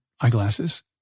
eyeglasses